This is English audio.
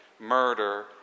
murder